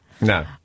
No